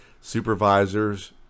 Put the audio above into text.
supervisors